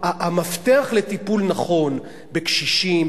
המפתח לטיפול נכון בקשישים,